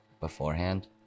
beforehand